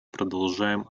продолжаем